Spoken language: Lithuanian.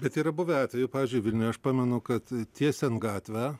bet yra buvę atvejų pavyzdžiui vilniuje aš pamenu kad tiesiant gatvę